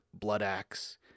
Bloodaxe